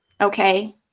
Okay